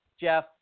Jeff